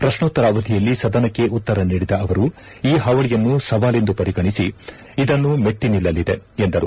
ಪ್ರಶ್ನೋತ್ತರ ಅವಧಿಯಲ್ಲಿ ಸದನಕ್ಕೆ ಉತ್ತರ ನೀಡಿದ ಅವರು ಈ ಪಾವಳಿಯನ್ನು ಸವಾಲೆಂದು ಪರಿಗಣಿಸಿ ಇದನ್ನು ಮೆಟ್ಟಿನಿಲ್ಲಲಿದೆ ಎಂದರು